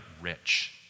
rich